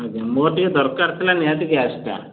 ଆଜ୍ଞା ମୋର ଟିକେ ଦରକାର ଥିଲା ନିହାତି ଗ୍ୟାସଟା